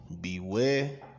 beware